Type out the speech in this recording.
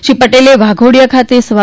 શ્રી પટેલે વાઘોડિયા ખાતે સવ્વા